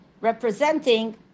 representing